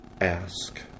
Ask